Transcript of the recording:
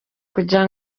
kugira